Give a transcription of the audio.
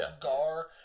Gar